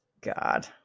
god